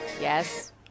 Yes